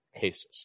cases